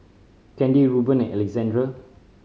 Kandy Ruben and Alexandre